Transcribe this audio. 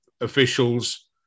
officials